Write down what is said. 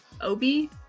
Obi